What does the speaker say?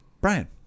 Brian